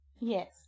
Yes